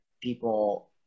people